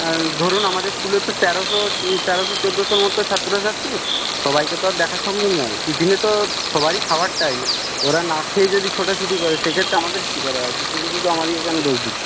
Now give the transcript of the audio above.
ধরুন আমাদের স্কুলে তো তেরোশো তেরোশো চোদ্দোশো মতো ছাত্রছাত্রী সবাইকে তো আর দেখা সম্ভব নয় টিফিনে তো সবারই খাবার টাইম ওরা না খেয়ে যদি ছোটাছুটি করে সেক্ষেত্রে আমাদের কী করার আছে শুধু শুধু আমাদেরকে কেনো দোষ দিচ্ছেন